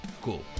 cool